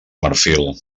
marfil